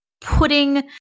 putting